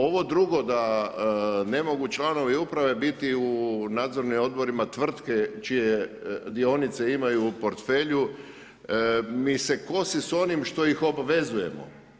Ovo drugo da ne mogu članovi uprave biti u Nadzornim odborima tvrtke čije dionice imaju u portfelju, mi se kosi sa onim što ih obvezujemo.